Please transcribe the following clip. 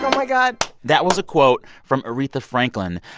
my god that was a quote from aretha franklin.